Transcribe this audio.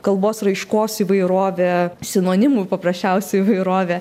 kalbos raiškos įvairovė sinonimų paprasčiausiai įvairovė